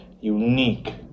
unique